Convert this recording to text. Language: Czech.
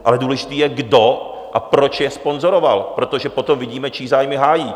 Ale důležité je, kdo a proč je sponzoroval, protože potom vidíme, čí zájmy hájí.